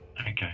Okay